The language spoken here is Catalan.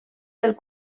del